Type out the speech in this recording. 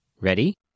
Ready